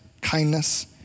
kindness